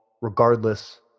regardless